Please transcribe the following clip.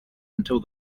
until